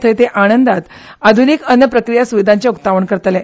थंय ते आणंदात आध्रनीक अन्न प्रक्रीया सुविधांचे उक्तावण करतले